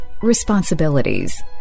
responsibilities